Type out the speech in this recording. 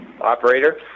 Operator